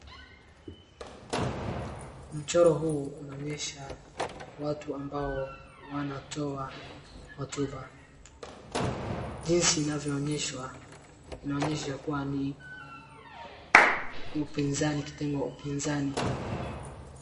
Mchoro huu unaonyesha watu ambao wanatoa hotuba, jinsi inavyo onyeshwa inaonyesha kuwa ni upinzani, kitengo ya upinzani.